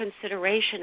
consideration